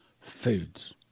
foods